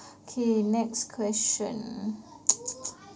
K next question